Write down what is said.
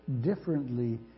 differently